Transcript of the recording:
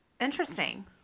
interesting